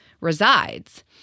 resides